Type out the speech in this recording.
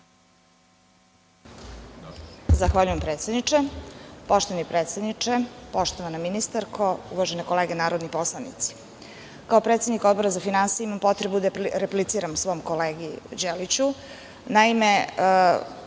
Zahvaljujem predsedniče. Poštovani predsedniče, poštovana ministarko, uvažene kolege narodni poslanici, kao predsednik Odbora za finansije imam potrebu da repliciram svom kolegi Đeliću.